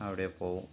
அப்படியே போவோம்